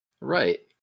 Right